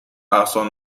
اقصا